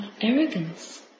arrogance